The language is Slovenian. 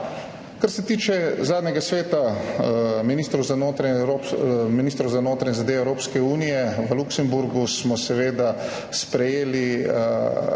Kar se tiče zadnjega sveta ministrov za notranje zadeve Evropske unije v Luksemburgu, smo seveda sprejeli